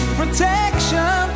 protection